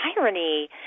irony